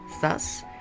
Thus